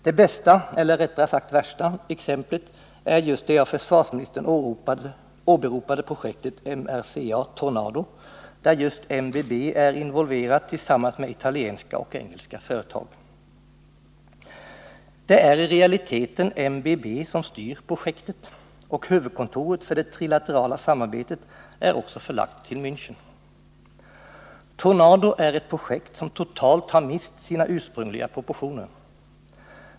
Det bästa — eller rättare sagt det värsta — exemplet är just det av försvarsministern åberopade projektet MRCA, Tornado, där just MBB är involverat tillsammans med italienska och engelska företag. Det är i realiteten MBB som styr projektet, och huvudkontoret för det trilaterala samarbetet är också förlagt till Mänchen. Tornado är ett projekt som totalt har mist sina ursprungliga propositioner.